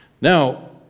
Now